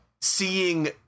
seeing